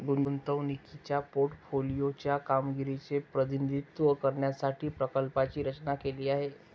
गुंतवणुकीच्या पोर्टफोलिओ च्या कामगिरीचे प्रतिनिधित्व करण्यासाठी प्रकल्पाची रचना केली आहे